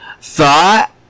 thought